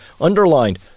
Underlined